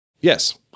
yes